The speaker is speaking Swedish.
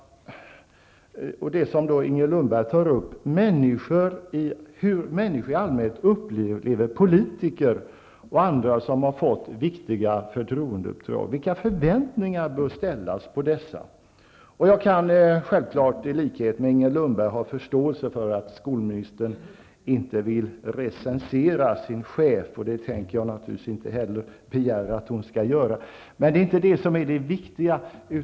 Inger Lundberg tog upp frågan om hur människor i allmänhet upplever politiker och andra som har fått viktiga förtroendeuppdrag. Vilka förväntningar bör ställas på politiker? I likhet med Inger Lundberg har jag självfallet förståelse för att skolministern inte vill recensera sin chef. Det tänker jag naturligtvis inte heller begära att hon skall göra. Det är dock inte detta som är det viktiga.